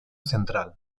central